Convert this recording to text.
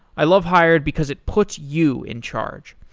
i love hired because it puts you in charge.